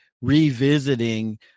revisiting